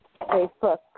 Facebook